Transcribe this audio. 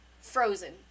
Frozen